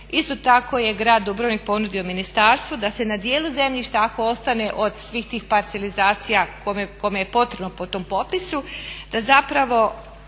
Isto tako je grad Dubrovnik ponudio ministarstvu da se na dijelu zemljišta, ako ostane od svih tih parcelizacija kome je potrebno po tom popisu, da zapravo